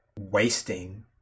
wasting